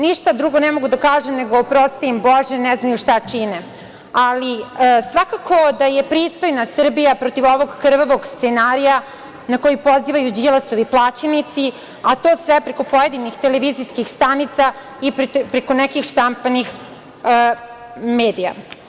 Ništa drugo ne mogu da kažu nego oprosti im bože, ne znaju šta čine, ali svakako da je pristojna Srbija protiv ovog krvavog scenarija na koji pozivaju Đilasovi plaćenici, a to sve preko pojedinih televizijskih stanica i preko nekih štampanih medija.